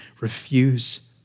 refuse